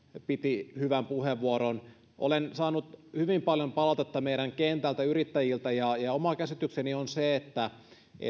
piti hyvän puheenvuoron olen saanut hyvin paljon palautetta kentältä meidän yrittäjiltä ja oma käsitykseni on se että